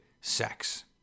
sex